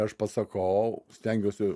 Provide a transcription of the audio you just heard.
aš pasakau stengiuosi